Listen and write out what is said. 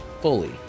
fully